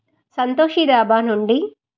సంతోష్ డాబా నుండి